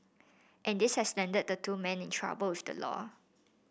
and this has landed the two men in trouble with the law